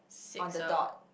on the dot